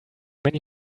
many